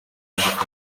gufungwa